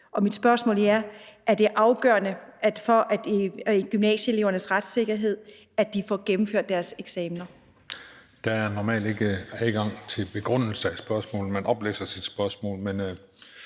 og mit spørgsmål er: Er det afgørende for gymnasieelevernes retssikkerhed, at de får gennemført deres eksamener? Kl. 14:58 Den fg. formand (Christian Juhl): Der er normalt ikke adgang til begrundelse af spørgsmålet. Man oplæser sit spørgsmål,